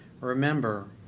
Remember